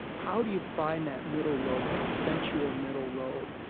how do you find that middle road, that sensual middle road?